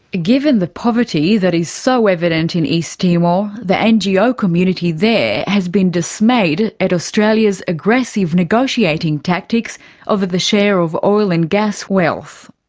given the poverty that is so evident in east timor, the ngo community there has been dismayed at australia's aggressive negotiating tactics over the share of oil and gas wealth.